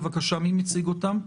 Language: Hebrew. מי מציג אותם?